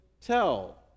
tell